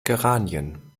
geranien